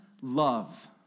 love